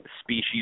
species